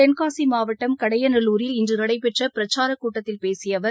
தென்னசி மாவட்டம் கடையநல்லூரில் நளடபெற்ற பிரச்சாரக் கூட்டத்தில் பேசிய அவர்